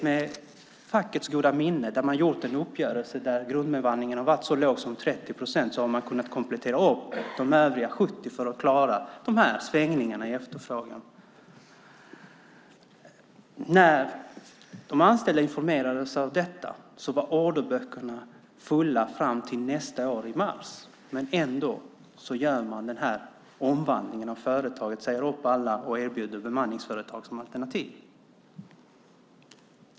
Med fackets goda minne har man träffat en uppgörelse om en så låg grundbemanning som 30 procent, och så har man kunnat komplettera med de övriga 70 procenten för att klara svängningarna i efterfrågan. När de anställda informerades om detta var orderböckerna fulla fram till mars nästa år. Ändå gör man den här omvandlingen av företaget. Man säger upp alla och erbjuder bemanningsföretag som alternativ.